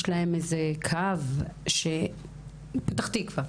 יש להם קו שהם יכולים לפנות אליו?